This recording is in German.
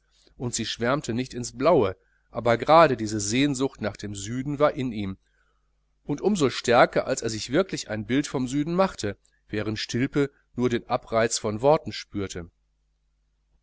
und sie schwärmte nicht ins blaue aber gerade diese sehnsucht nach dem süden war in ihm und um so stärker als er sich wirklich ein bild vom süden machte während stilpe nur den abreiz von worten spürte